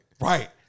right